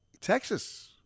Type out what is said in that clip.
Texas